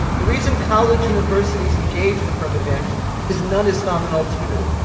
the reason college universities engage in affirmative action is none has found an alternative.